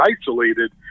isolated